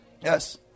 Yes